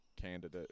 candidate